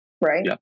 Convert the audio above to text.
right